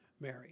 Mary